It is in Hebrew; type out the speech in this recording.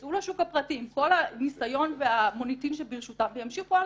ייצאו לשוק הפרטי עם כל הניסיון והמוניטין שברשותם וימשיכו הלאה